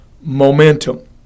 momentum